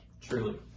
truly